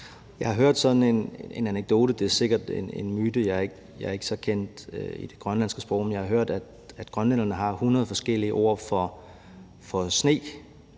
Jeg har hørt sådan en anekdote, og det er sikkert en myte – jeg er ikke så kendt i det grønlandske sprog – men jeg har hørt, at grønlænderne har 100 forskellige ord for sne,